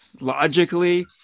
logically